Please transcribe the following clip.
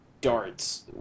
darts